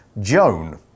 Joan